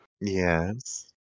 Yes